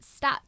stats